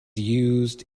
used